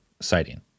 sighting